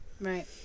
right